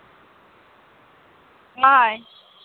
ᱦᱳᱭ